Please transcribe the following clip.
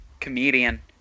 comedian